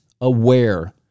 aware